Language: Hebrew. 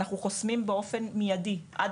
אנחנו חוסמים את המטופל באופן מיידי וזאת עד